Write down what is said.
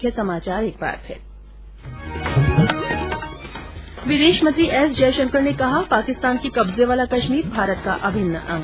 मुख्य समाचार विदेश मंत्री एस जय शंकर ने कहा पाकिस्तान के कब्जे वाला कश्मीर भारत का अभिन्न अंग